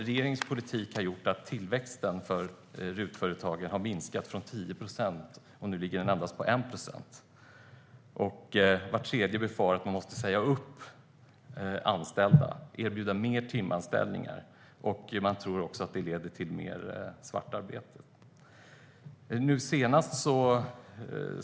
Regeringens politik har gjort att tillväxten för RUT-företagen har minskat från 10 procent till 1 procent. Vart tredje företag befarar att man måste säga upp anställda och erbjuda mer timanställningar. Man tror också att det leder till mer svartarbete.